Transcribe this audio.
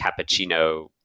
cappuccino